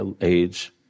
age